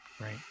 Right